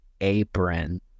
apron